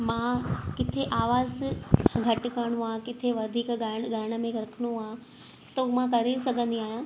मां किथे आवाज़ु घटि करिणो आहे किथे वधीक ॻाइण ॻाइण में रखिणो आहे त हू मां करे सघंदी आहियां